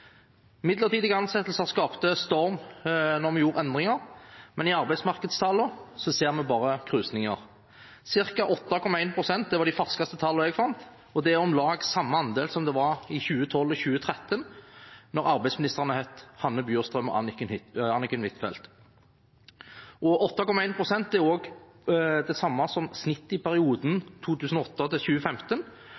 Midlertidige ansettelser skapte storm da vi gjorde endringer, men i arbeidsmarkedstallene ser vi bare krusninger. Cirka 8,1 pst. var det ferskeste tallet jeg fant, og det er om lag samme andel som det var i 2012 og 2013, da arbeidsministrene het henholdsvis Hanne Bjurstrøm og Anniken Huitfeldt. 8,1 pst. er også det samme som snittet i perioden